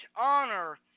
honor